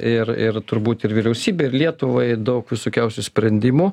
ir ir turbūt ir vyriausybei ir lietuvai daug visokiausių sprendimų